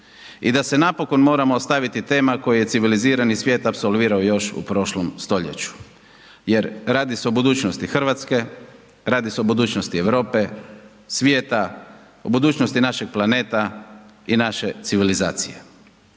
i da se napokon moramo ostaviti tema koje je civilizirani svijet apsolvirao još u prošlom stoljeću jer, radi se o budućnosti Hrvatske, radi se o budućnosti Europe, svijeta, o budućnosti našeg planeta i naše civilizacije.